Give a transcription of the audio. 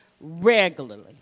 regularly